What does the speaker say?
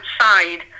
outside